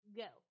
go